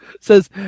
says